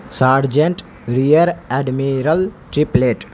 sergeant rear admiral william